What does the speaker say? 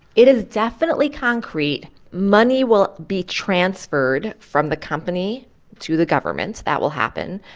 it is definitely concrete. money will be transferred from the company to the government. that will happen.